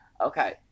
okay